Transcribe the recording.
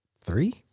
three